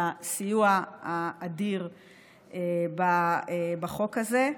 על הסיוע האדיר בחוק הזה.